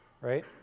right